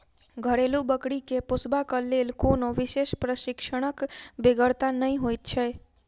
घरेलू बकरी के पोसबाक लेल कोनो विशेष प्रशिक्षणक बेगरता नै होइत छै